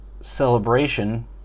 celebration